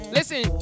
Listen